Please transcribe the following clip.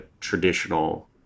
traditional